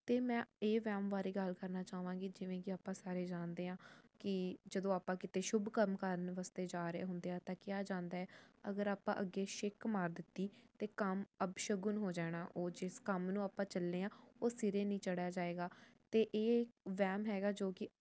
ਅਤੇ ਮੈਂ ਇਹ ਵਹਿਮ ਬਾਰੇ ਗੱਲ ਕਰਨਾ ਚਾਹਵਾਂਗੀ ਜਿਵੇਂ ਕਿ ਆਪਾਂ ਸਾਰੇ ਜਾਣਦੇ ਹਾਂ ਕਿ ਜਦੋਂ ਆਪਾਂ ਕਿਤੇ ਸ਼ੁਭ ਕੰਮ ਕਰਨ ਵਾਸਤੇ ਜਾ ਰਹੇ ਹੁੰਦੇ ਆ ਤਾਂ ਕਿਹਾ ਜਾਂਦਾ ਅਗਰ ਆਪਾਂ ਅੱਗੇ ਛਿੱਕ ਮਾਰ ਦਿੱਤੀ ਅਤੇ ਕੰਮ ਅਪਸ਼ਗੁਨ ਹੋ ਜਾਣਾ ਜਿਸ ਕੰਮ ਨੂੰ ਆਪਾਂ ਚੱਲੇ ਹਾਂ ਉਹ ਸਿਰੇ ਨਹੀਂ ਚੜਿਆ ਜਾਏਗਾ ਅਤੇ ਇਹ ਵਹਿਮ ਹੈਗਾ ਜੋ ਕਿ